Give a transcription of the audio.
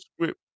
script